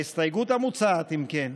ההסתייגות המוצעת, אם כן: